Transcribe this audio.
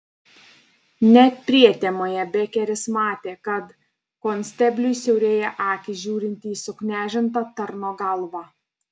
net prietemoje bekeris matė kad konstebliui siaurėja akys žiūrint į suknežintą tarno galvą